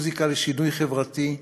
מוזיקה לשינוי חברתי,